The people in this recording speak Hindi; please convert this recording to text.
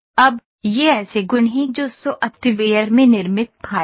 अब ये ऐसे गुण हैं जो सॉफ्टवेयर में निर्मित फाइलें हैं